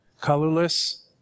Colorless